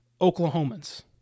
Oklahomans